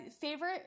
favorite